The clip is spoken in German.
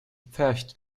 pfercht